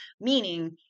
meaning